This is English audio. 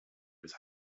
his